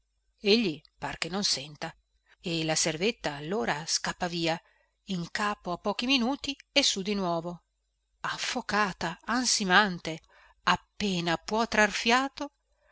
par che non senta e la servetta allora scappa via in capo a pochi minuti è su di nuovo affocata ansimante appena può trar fiato